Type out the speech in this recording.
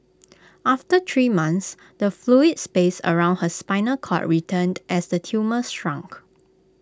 after three months the fluid space around her spinal cord returned as the tumour shrank